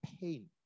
pain